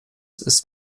ist